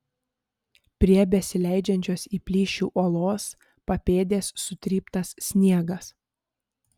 prie besileidžiančios į plyšį uolos papėdės sutryptas sniegas